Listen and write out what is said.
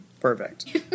Perfect